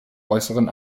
äußeren